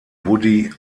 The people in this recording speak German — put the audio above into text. woody